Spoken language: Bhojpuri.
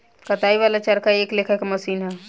कताई वाला चरखा एक लेखा के मशीन ह